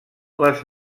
les